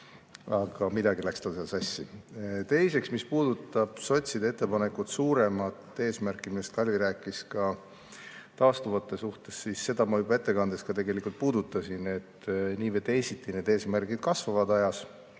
aga midagi läks tal seal sassi. Teiseks, mis puudutab sotside ettepanekut, suuremat eesmärki, millest Kalvi rääkis taastuvate suhtes, siis seda ma juba ettekandes puudutasin. Nii või teisiti need eesmärgid kasvavad ajas